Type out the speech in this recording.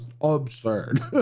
absurd